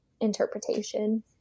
interpretation